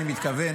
אני מתכוון